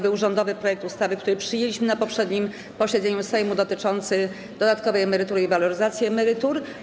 Był rządowy projekt ustawy, który przyjęliśmy na poprzednim posiedzeniu Sejmu, dotyczący dodatkowej emerytury i waloryzacji emerytur.